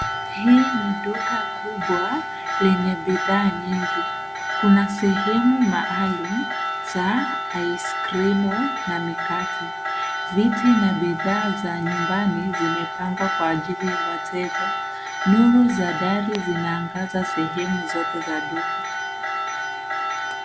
Hii ni duka kubwa lenye bidhaa nyingi. Kuna sehemu maalum za (cs)ice cream(cs) na mikate. Viti na bidhaa za nyumbani zimepangwa kwa ajili ya wateja. Nuru za dari zinaangaza sehemu zote za duka.